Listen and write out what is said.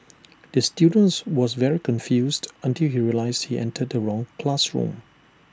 the student was very confused until he realised he entered the wrong classroom